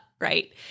right